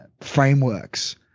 frameworks –